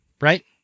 right